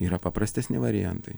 yra paprastesni variantai